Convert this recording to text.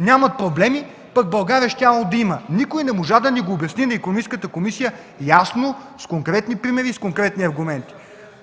нямат проблеми, пък България щяла да има. Никой не можа да ни го обясни в Икономическата комисия ясно, с конкретни примери и с конкретни аргументи.